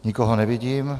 Nikoho nevidím.